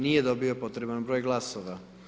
Nije dobio potreban broj glasova.